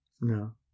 No